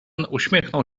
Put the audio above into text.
uśmiechnął